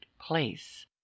place